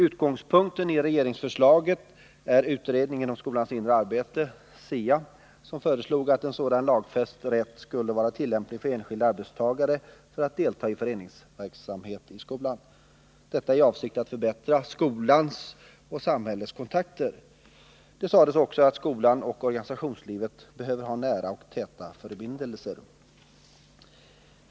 Utgångspunkten i regeringsförslaget är utredningen om skolans inre arbete, SIA, som föreslog att sådan lagfäst rätt skulle vara tillämplig för enskild arbetstagare för att delta i föreningsverksamhet i skolan, detta i avsikt att förbättra skolans och samhällets kontakter. Det sades också att skolan och organisationslivet behöver ha nära och täta förbindelser.